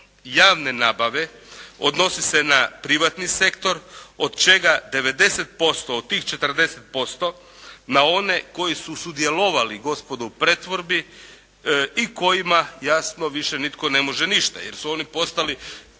javne nabave odnosi se na privatni sektor od čega 90% od tih 40% na one koji su sudjelovali gospodo u pretvorbi i kojima jasno više nitko ne može ništa jer su oni postali